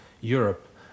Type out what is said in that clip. Europe